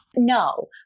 No